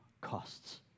costs